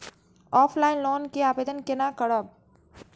Offline loan के आवेदन केना करब?